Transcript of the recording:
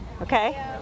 Okay